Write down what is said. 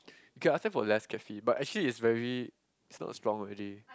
you can ask them for less caffeine but actually it's very it's not strong already